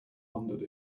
wondered